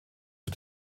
zur